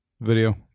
video